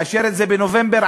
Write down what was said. לאשר את זה בנובמבר?